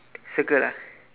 circle ah